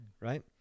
right